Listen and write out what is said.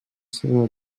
seva